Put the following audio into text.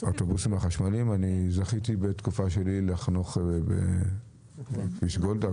--- האוטובוסים החשמליים אני זכיתי בתקופה שלי לחנוך בכביש גולדה,